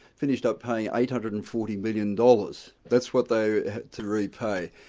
finished up paying eight hundred and forty million dollars, that's what they had to repay.